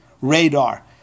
radar